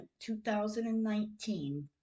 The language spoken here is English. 2019